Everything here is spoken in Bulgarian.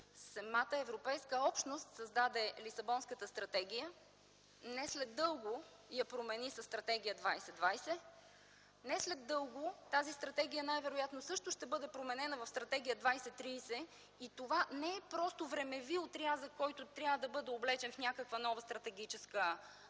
Самата Европейска общност създаде Лисабонската стратегия, но не след дълго я промени със Стратегия 20/20, не след дълго тази стратегия най вероятно също ще бъде променена в Стратегия 20/30, и това не е просто времеви отрязък, който трябва да бъде облечен в някаква нова стратегическа същност,